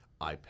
ipad